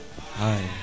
Hi